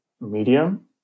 medium